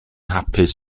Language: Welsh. hapus